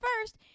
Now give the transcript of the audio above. first